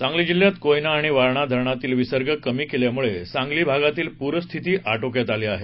सांगली जिल्ह्यात कोयना आणि वारणा धरणातील विसर्ग कमी केल्यामुळे सांगली भागातील पूरस्थिती आटोक्यात आली आहे